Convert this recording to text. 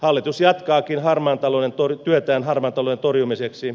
hallitus jatkaakin työtään harmaan talouden torjumiseksi